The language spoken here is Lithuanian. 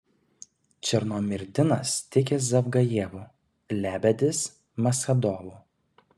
černomyrdinas tiki zavgajevu lebedis maschadovu